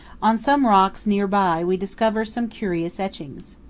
on some rocks near by we discover some curious etchings.